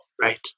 Right